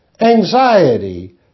anxiety